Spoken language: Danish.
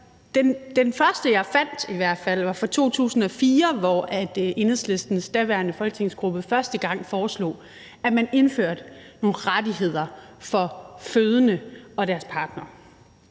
i hvert fald fandt, var fra 2004, hvor Enhedslistens daværende folketingsgruppe første gang foreslog, at man indførte nogle rettigheder for fødende og deres partnere;